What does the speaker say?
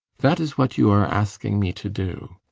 that is what you are asking me to do.